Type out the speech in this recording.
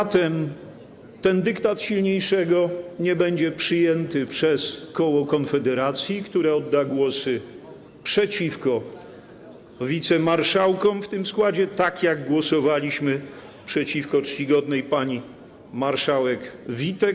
A zatem ten dyktat silniejszego nie będzie przyjęty przez koło Konfederacji, które odda głosy przeciwko wicemarszałkom w tym składzie, tak jak głosowaliśmy przeciwko czcigodnej pani marszałek Witek.